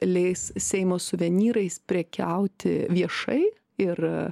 leis seimo suvenyrais prekiauti viešai ir